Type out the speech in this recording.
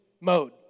mode